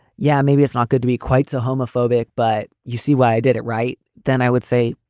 yeah, maybe it's not good to be quite so homophobic. but you see why i did it right then i would say,